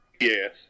Yes